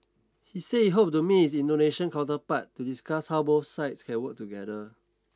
he said he hoped to meet his Indonesian counterpart to discuss how both sides can work together